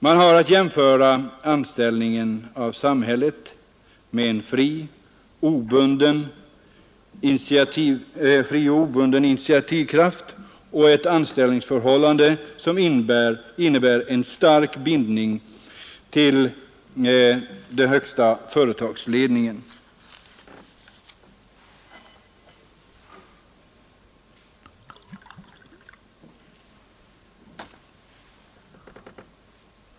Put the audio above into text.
Man har att jämföra med anställning av samhället med en fri och obunden initiativkraft och ett anställningsförhållande som innebär en stark bindning till den högsta företagsledningen.